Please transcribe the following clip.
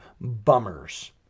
bummers